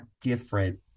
different